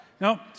No